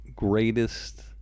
Greatest